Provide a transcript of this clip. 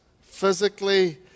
physically